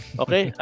okay